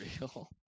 real